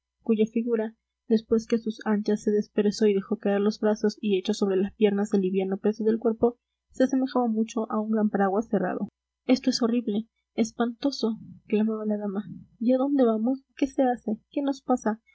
cuya figura después que a sus anchas se desperezó y dejó caer los brazos y echó sobre las piernas el liviano peso del cuerpo se asemejaba mucho a un gran paraguas cerrado esto es horrible espantoso clamaba la dama y a dónde vamos qué se hace qué nos pasa